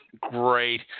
Great